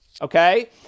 Okay